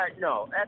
no